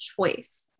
choice